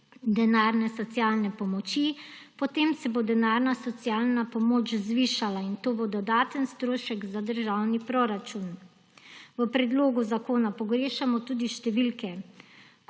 denarne socialne pomoči, potem se bo denarna socialna pomoč zvišala in to bo dodaten strošek za državni proračun. V predlogu zakona pogrešamo tudi številke,